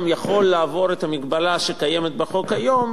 יכול לעבור את ההגבלה שקיימת בחוק כיום,